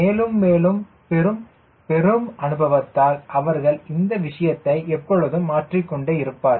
மேலும் மேலும் பெறும் பெரும் அனுபவத்தால் அவர்கள் இந்த விஷயத்தை எப்பொழுதும் மாற்றிக் கொண்டே இருப்பார்கள்